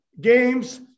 games